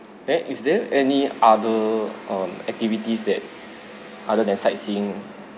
eh is there any other um activities that other than sightseeing